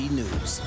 news